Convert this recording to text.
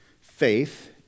Faith